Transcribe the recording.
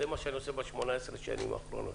זה מה שאני עושה ב-18 השנים האחרונות